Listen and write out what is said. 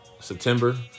September